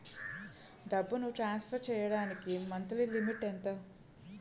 డబ్బును ట్రాన్సఫర్ చేయడానికి monthly limit ఎంత?